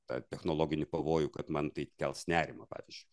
tą technologinį pavojų kad man tai kels nerimą pavyzdžiui